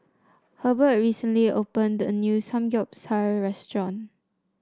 Hebert recently opened a new Samgeyopsal restaurant